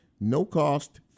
no-cost